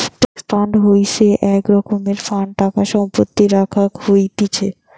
trust fund হইসে এক রকমের ফান্ড টাকা সম্পত্তি রাখাক হতিছে